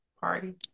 Party